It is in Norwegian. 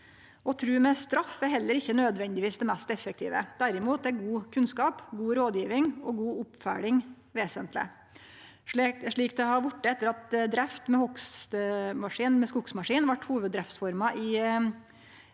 Å truge med straff er heller ikkje nødvendigvis det mest effektive. Derimot er god kunnskap, god rådgjeving og god oppfølging vesentleg. Slik det har vorte etter at drift med skogsmaskin vart hovuddriftsforma i